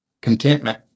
contentment